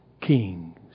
kings